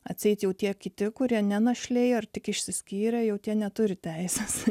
atseit jau tie kiti kurie ne našlė ar tik išsiskyrę jau tie neturi teisės